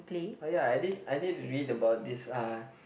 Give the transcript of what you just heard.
oh ya I did I did read about this uh